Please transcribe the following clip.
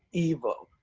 evil,